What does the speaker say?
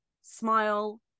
smile